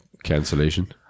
cancellation